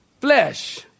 Flesh